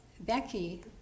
Becky